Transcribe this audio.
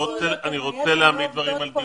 אני רוצה להעמיד דברים על דיוקם.